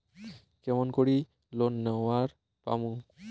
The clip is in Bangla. কেমন করি লোন নেওয়ার পামু?